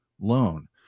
loan